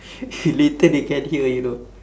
later they can hear you know